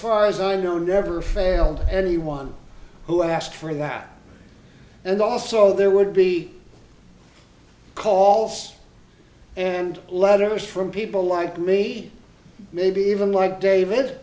far as i know never failed anyone who asked for that and also there would be call for and letters from people like me maybe even like david